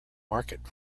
market